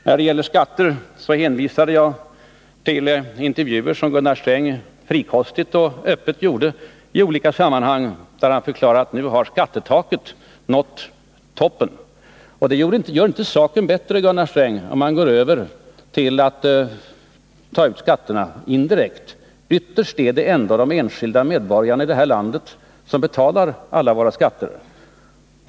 När det gäller skatterna hänvisade jag till intervjuer som Gunnar Sträng frikostigt och öppet gav i olika sammanhang och där han förklarade att nu har skattetaket nått toppen. Men det gör inte saken bättre, Gunnar Sträng, om man går över till att ta ut skatterna indirekt. Ytterst är det ändå de enskilda medborgarna i det här landet som betalar alla våra skatter.